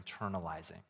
internalizing